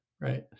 Right